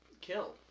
kill